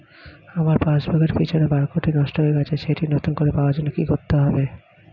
আমার পাসবুক এর পিছনে বারকোডটি নষ্ট হয়ে গেছে সেটি নতুন করে পাওয়ার জন্য কি করতে হবে?